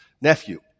nephew